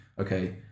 okay